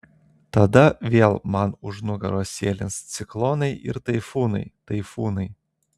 tada vėl man už nugaros sėlins ciklonai ir taifūnai taifūnai